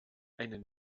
einen